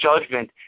judgment